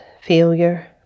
failure